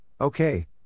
Okay